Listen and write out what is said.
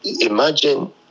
imagine